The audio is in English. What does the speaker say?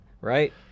Right